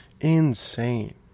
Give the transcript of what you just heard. insane